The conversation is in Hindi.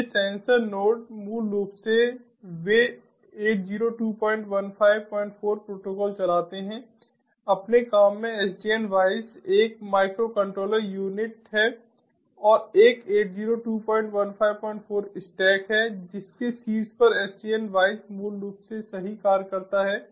तो ये सेंसर नोड्स मूल रूप से वे 802154 प्रोटोकॉल चलाते हैं अपने काम में SDN WISE एक माइक्रोकंट्रोलर यूनिट है और एक 802154 स्टैक है जिसके शीर्ष पर SDN WISE मूल रूप से सही कार्य करता है